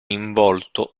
involto